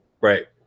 Right